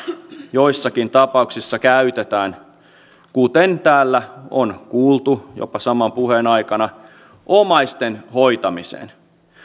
joissakin tapauksissa käytetään kuten täällä on kuultu jopa saman puheen aikana omaisten hoitamiseen